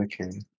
okay